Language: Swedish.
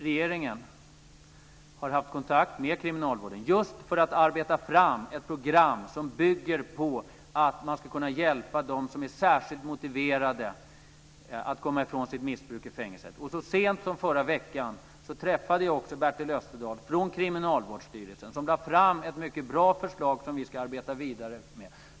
Regeringen har haft kontakt med kriminalvården för att arbeta fram ett program som innebär att man ska kunna hjälpa dem som är särskilt motiverade att komma ifrån sitt missbruk i fängelset. Så sent som förra veckan träffade jag också Bertel Österdahl från Kriminalvårdsstyrelsen som lade fram ett mycket bra förslag som vi ska arbeta vidare med.